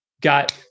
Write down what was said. got